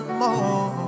more